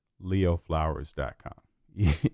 Leoflowers.com